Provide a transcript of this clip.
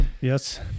Yes